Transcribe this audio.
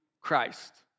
Christ